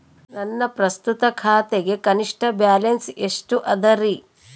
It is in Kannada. ನನ್ನ ಪ್ರಸ್ತುತ ಖಾತೆಗೆ ಕನಿಷ್ಠ ಬ್ಯಾಲೆನ್ಸ್ ಎಷ್ಟು ಅದರಿ?